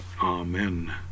Amen